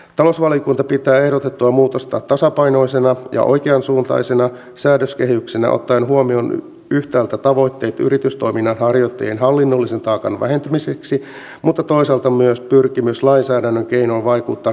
talousvaliokunta pitää ehdotettua muutosta tasapainoisena ja oikeansuuntaisena säädöskehityksenä ottaen huomioon yhtäältä tavoitteet yritystoiminnan harjoittajien hallinnollisen taakan vähentämiseksi mutta toisaalta myös pyrkimyksen lainsäädännön keinoin vaikuttaa kuluttajapalvelujen turvallisuuteen